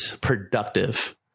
productive